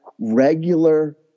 regular